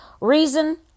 Reason